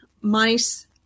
mice